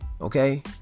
Okay